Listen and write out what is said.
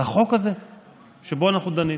לחוק הזה שבו אנחנו דנים,